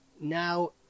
Now